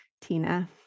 Tina